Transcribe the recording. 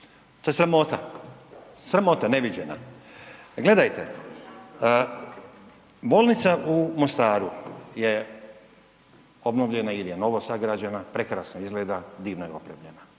To je sramota, sramota neviđena. Gledajte, bolnica u Mostaru je obnovljena ili je novosagrađena, prekrasno izgleda, divno je opremljena.